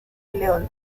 león